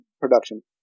production